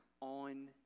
on